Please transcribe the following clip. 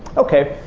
okay,